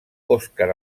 oscar